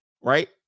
Right